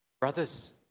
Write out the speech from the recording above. Brothers